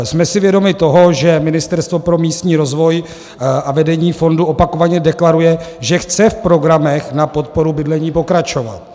Jsme si vědomi toho, že Ministerstvo pro místní rozvoj a vedení fondu opakovaně deklaruje, že chce v programech na podporu bydlení pokračovat.